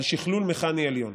ועל שכלול מכני עליון".